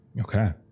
Okay